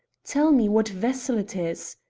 tell me what vessel it is.